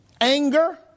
anger